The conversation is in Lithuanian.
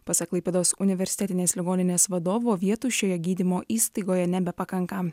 pasak klaipėdos universitetinės ligoninės vadovo vietų šioje gydymo įstaigoje nebepakanka